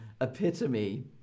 epitome